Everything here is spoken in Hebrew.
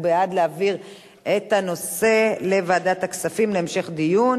הוא בעד להעביר את הנושא לוועדת הכספים להמשך דיון.